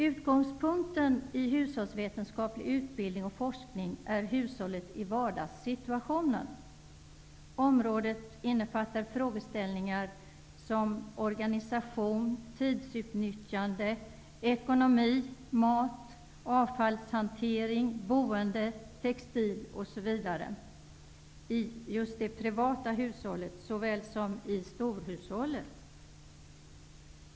Utgångspunkten i hushållsvetenskaplig utbildning och forskning är hushållet i vardagssituationen. Området innefattar frågeställningar som organisation, tidsutnyttjande, ekonomi, mat, avfallshantering, boende, textil osv. i det privata hushållet såväl som i storhushållet.